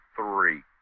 three